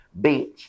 bitch